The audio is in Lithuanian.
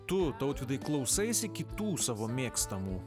tu tautvydai klausaisi kitų savo mėgstamų